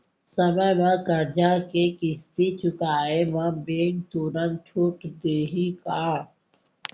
समय म करजा के किस्ती चुकोय म बैंक तुरंत छूट देहि का?